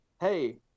hey